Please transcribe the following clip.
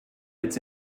its